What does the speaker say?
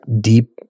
deep